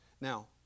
Now